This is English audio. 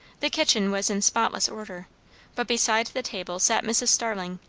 the kitchen was in spotless order but beside the table sat mrs. starling,